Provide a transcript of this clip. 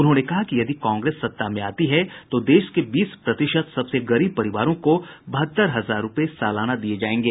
उन्होंने कहा कि यदि कांग्रेस सत्ता में आती है तो देश के बीस प्रतिशत सबसे गरीब परिवारों को बहत्तर हजार रूपये सालाना दिये जायेंगे